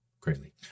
greatly